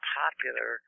popular